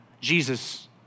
Jesus